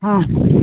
ହଁ